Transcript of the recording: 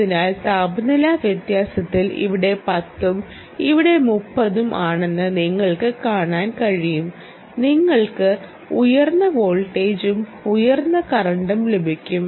അതിനാൽ താപനില വ്യത്യാസത്തിൽ ഇവിടെ 10 ഉം ഇവിടെ 30 ഉം ആണെന്ന് നിങ്ങൾക്ക് കാണാൻ കഴിയും നിങ്ങൾക്ക് ഉയർന്ന വോൾട്ടേജും ഉയർന്ന കറന്റും ലഭിക്കും